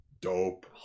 dope